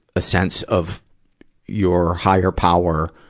a sense of your higher power,